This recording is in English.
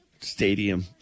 Stadium